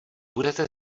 budete